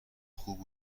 خوب